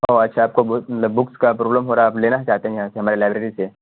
او اچھا آپ کو بک مطلب بکس کا پروبلم ہو رہا ہے آپ لینا چاہتے ہیں یہاں سے ہمارے لائیبریری سے